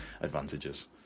advantages